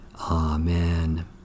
Amen